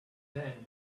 then